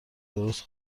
درست